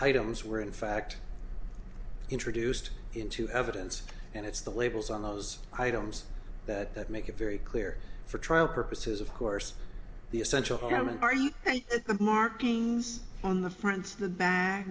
items were in fact introduced into evidence and it's the labels on those items that make it very clear for trial purposes of course the essential element are you and the markings on the fronts the